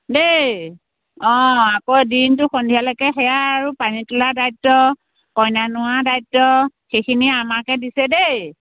দেই অঁ আকৌ দিনটো সন্ধিয়ালৈকে সেয়া আৰু পানী তোলা দায়িত্ব কইনা নোওৱা দায়িত্ব সেইখিনি আমাকে দিছে দেই